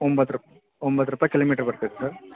ಒಂಬತ್ತು ರುಪ್ ಒಂಬತ್ತು ರೂಪಾಯಿ ಕಿಲೋಮೀಟ್ರ್ ಬರ್ತೈತೆ ಸರ್